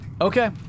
Okay